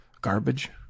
garbage